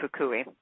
Fukui